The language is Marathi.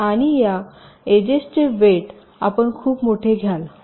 आणि या इजेसचे वेट आपण खूप मोठे घ्याल